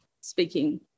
speaking